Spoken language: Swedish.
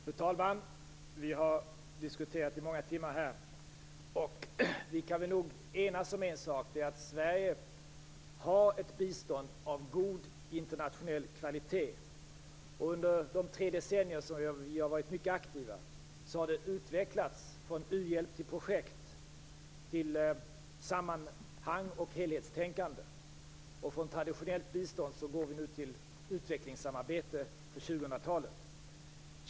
Fru talman! Vi har diskuterat i många timmar, och vi kan nog enas om en sak: Sverige har ett bistånd av god internationell kvalitet. Under de tre decennier vi har varit mycket aktiva har detta utvecklats från uhjälp till projekt, till sammanhang och helhetstänkande. Från traditionellt bistånd går vi nu till utvecklingssamarbete för 2000-talet.